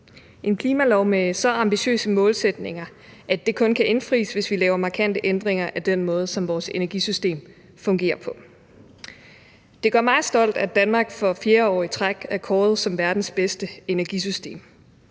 en klimalov med så ambitiøse målsætninger, at de kun kan indfries, hvis vi laver markante ændringer af den måde, som vores energisystem fungerer på. Det gør mig stolt, at Danmark for fjerde år i træk er kåret som verdens bedste energisystem.